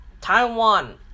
Taiwan